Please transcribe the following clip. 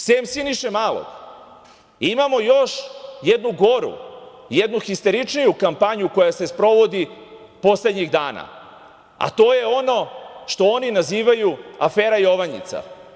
Ali, sem Siniše Malog, imamo još jednu goru i jednu histeričniju kampanju koja se sprovodi poslednjih dana, a to je ono što oni nazivaju afera "Jovanjica"